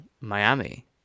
Miami